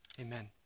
amen